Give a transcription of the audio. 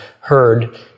heard